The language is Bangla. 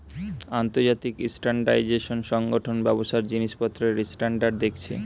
আন্তর্জাতিক স্ট্যান্ডার্ডাইজেশন সংগঠন ব্যবসার জিনিসপত্রের স্ট্যান্ডার্ড দেখছে